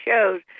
shows